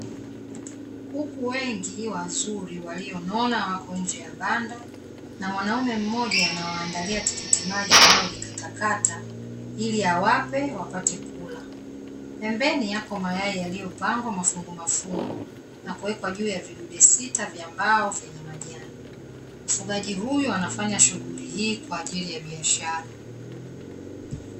Kuku wengi wazuri walionona wako nje ya banda na mwanaume mmoja anawaandalia tikiti maji analolikata kata ili awape wapate kula, pembeni yako mayai yaliyopangwa mafungu mafungu na kuwekwa juu ya vidude sita vya mbao vyenye majani. Mfugaji huyu anafanya shughuli hii kwa ajili ya biashara.